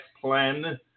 plan